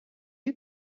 you